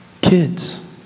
kids